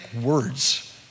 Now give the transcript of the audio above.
words